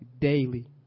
daily